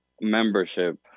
membership